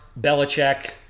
Belichick